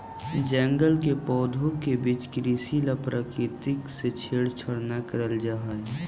जंगल के पौधों के बीच कृषि ला प्रकृति से छेड़छाड़ न करल जा हई